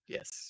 Yes